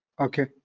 Okay